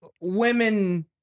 women